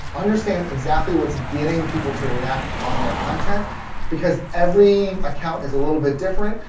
understand exactly what's getting people to react on their content because every account is a little bit different,